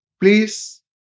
please